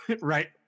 right